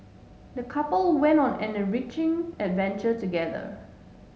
the couple went on an enriching adventure together